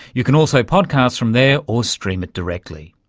you can also podcast from there or stream it directly.